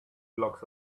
blocks